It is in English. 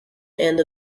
end